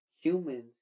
Humans